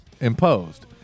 imposed